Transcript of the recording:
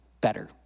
better